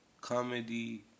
comedy